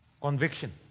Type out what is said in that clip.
Conviction